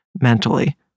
mentally